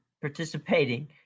participating